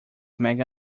mega